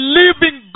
living